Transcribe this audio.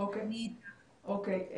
אוקיי.